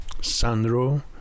Sandro